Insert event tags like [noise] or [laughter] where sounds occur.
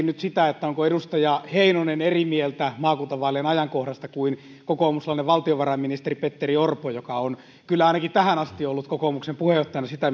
[unintelligible] nyt sitä onko edustaja heinonen eri mieltä maakuntavaalien ajankohdasta kuin kokoomuslainen valtiovarainministeri petteri orpo joka on kyllä ainakin tähän asti ollut kokoomuksen puheenjohtajana sitä [unintelligible]